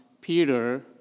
Peter